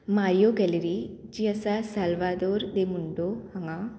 Mario gallery जी आसा सॅलवादर दे मुंडो हांगा